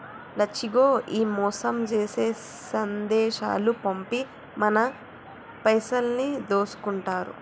లచ్చిగో ఈ మోసం జేసే సందేశాలు పంపి మన పైసలన్నీ దోసుకుంటారు